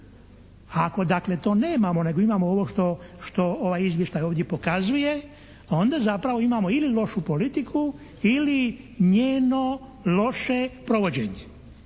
dakle to nemamo nego imamo ovo što ovaj izvještaj ovdje pokazuje onda zapravo imamo ili lošu politiku ili njeno loše provođenje.